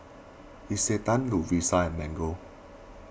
Isetan Lovisa and Mango